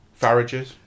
Farages